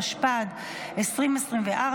התשפ"ד 2024,